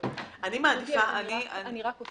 אני רק אוסיף